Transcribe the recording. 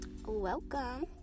Welcome